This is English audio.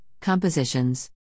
Compositions